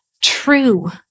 true